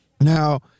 Now